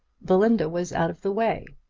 belinda was out of the way,